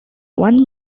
one